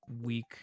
week